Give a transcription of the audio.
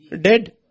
Dead